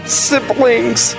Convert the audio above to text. siblings